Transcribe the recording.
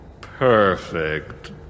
Perfect